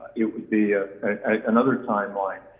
it would be another timeline.